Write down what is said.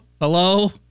Hello